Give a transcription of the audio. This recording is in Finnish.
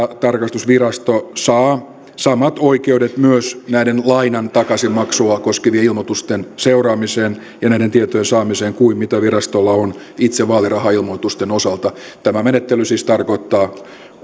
tarkastusvirasto saa samat oikeudet myös näiden lainan takaisinmaksua koskevien ilmoitusten seuraamiseen ja näiden tietojen saamiseen kuin mitä virastolla on itse vaalirahailmoitusten osalta tämä menettely siis tarkoittaa